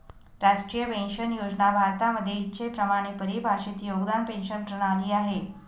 राष्ट्रीय पेन्शन योजना भारतामध्ये इच्छेप्रमाणे परिभाषित योगदान पेंशन प्रणाली आहे